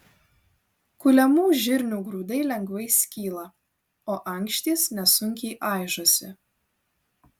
kuliamų žirnių grūdai lengvai skyla o ankštys nesunkiai aižosi